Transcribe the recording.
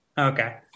Okay